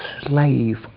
slave